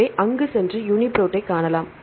எனவே அங்கு சென்று யூனிபிரோட்டைக் காணலாம்